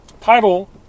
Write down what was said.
title